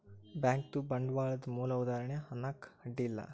bank ಬಂಡ್ವಾಳದ್ ಮೂಲ ಉದಾಹಾರಣಿ ಅನ್ನಾಕ ಅಡ್ಡಿ ಇಲ್ಲಾ